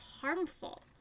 harmful